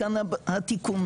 מכאן התיקון.